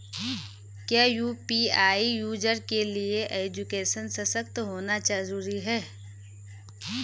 क्या UPI user के लिए एजुकेशनल सशक्त होना जरूरी है?